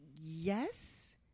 Yes